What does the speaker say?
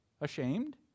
ashamed